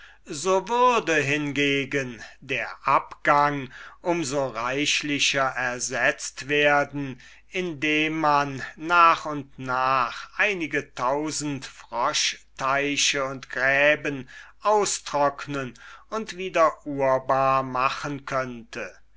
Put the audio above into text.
so würde hingegen der abgang um so reichlicher ersetzt werden indem man nach und nach einige tausend froschteiche und gräben austrocknen und wieder urbar machen könnte